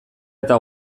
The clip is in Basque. eta